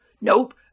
nope